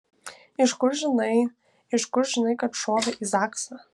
iš kur žinai iš kur žinai kad šovė į zaksą